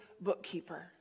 bookkeeper